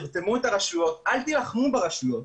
תרתמו את הרשויות אל תילחמו ברשויות.